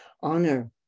honor